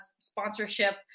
sponsorship